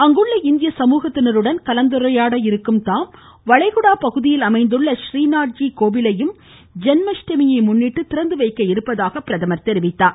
அங்குள்ள இந்திய சமூகத்தினருடனும் கலந்துரையாடும் தாம் வளைகுடா பகுதியில் அமைந்துள்ள றிநாத் ஜி கோவிலையும் ஜென்மாஷ்டமியை முன்னிட்டு திறந்துவைக்க இருப்பதாக குறிப்பிட்டார்